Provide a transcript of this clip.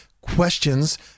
questions